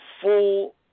full